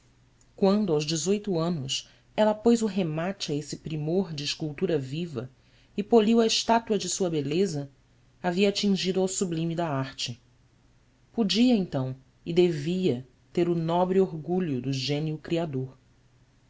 quando aos dezoito anos ela pôs o remate a esse primor de escultura viva e poliu a estátua de sua beleza havia atingido ao sublime da arte podia então e devia ter o nobre orgulho do gênio criador